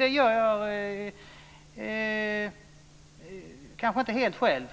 Jag städar kanske inte helt själv,